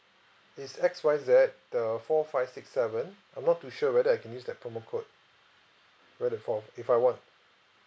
it's X Y Z uh four five six seven I'm not too sure whether I can use that promo code where that fall if I want